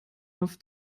auf